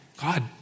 God